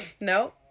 No